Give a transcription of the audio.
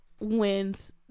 wins